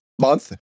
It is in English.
month